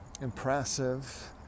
impressive